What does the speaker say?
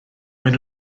maen